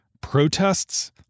protests